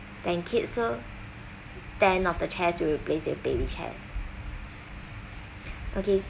ten kids so ten of the chairs we'll replace with baby chairs okay